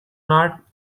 not